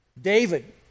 David